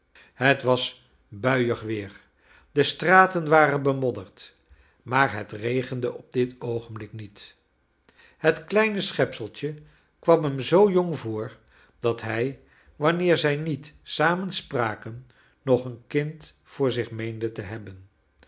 het was buiig weer de straten waren bemodderd maar het regende op dit oogenblik niet het kleine schepseltje kwam hem zoo jong voor dat hij wanneer zrj niet sarnen spraken nog een kind voor zich meende te hebben